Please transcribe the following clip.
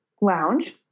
lounge